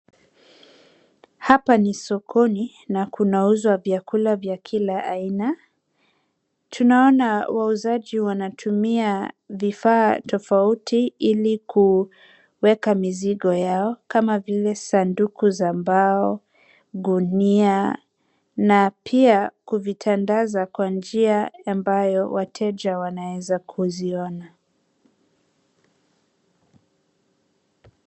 Hapa ni sokoni na kunauzwa vyakula vya kila aina. Tunaona wauzaji wanatumia vifaa tofauti ili kuweka mizigo yao kama vile sanduku za mbao, gunia na pia kuvitandaza kwa njia ambayo wateja wanaweza kuziona.